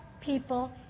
people